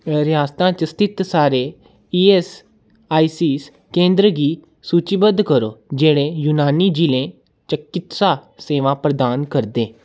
रियासता च स्थित सारे ई ऐस्स आई सी केंद्र गी सूचीबद्ध करो जेह्ड़े यूनानी चिकित्सा सेवा प्रदान करदे न